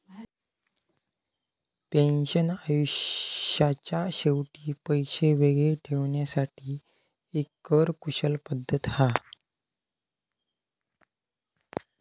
pension आयुष्याच्या शेवटी पैशे वेगळे ठेवण्यासाठी एक कर कुशल पद्धत हा